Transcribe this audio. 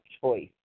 choice